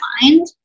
mind